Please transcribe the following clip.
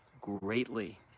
greatly